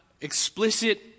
explicit